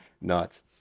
Nuts